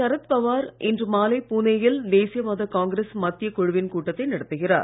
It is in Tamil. சரத்பவார் இன்று மாலை புனேயில் தேசியவாத காங்கிரஸ் மத்தியக் குழுவின் கூட்டத்தை நடத்துகிறார்